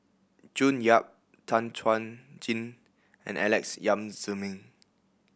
June Yap Tan Chuan Jin and Alex Yam Ziming